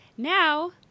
Now